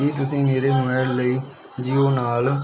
ਕੀ ਤੁਸੀਂ ਮੇਰੇ ਮੋਬਾਈਲ ਲਈ ਜੀਓ ਨਾਲ